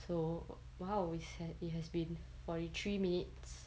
so !wow! it has been forty three minutes